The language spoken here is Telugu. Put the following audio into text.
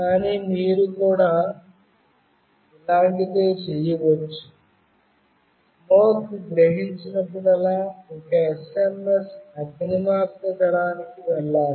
కానీ మీరు కూడా ఇలాంటిదే చేయవచ్చు స్మోక్ గ్రహించినప్పుడల్లా ఒక SMS అగ్నిమాపక దళానికి వెళ్లాలి